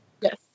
Yes